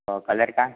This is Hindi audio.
और कलर का